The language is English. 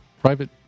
private